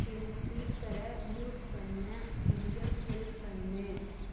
என் ஸ்பீக்கரை மியூட் பண்ண கொஞ்சம் ஹெல்ப் பண்ணு